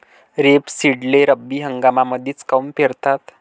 रेपसीडले रब्बी हंगामामंदीच काऊन पेरतात?